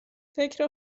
فکر